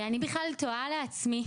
אני בכלל תוהה לעצמי,